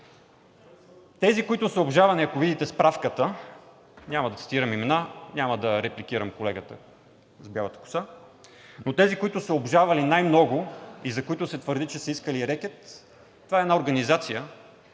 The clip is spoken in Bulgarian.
Тези, които са обжалвани, ако видите справката, няма да цитирам имена, няма да репликирам колегата с бялата коса, но тези, които са обжалвали най-много и за които се твърди, че са искали рекет, това е една организация,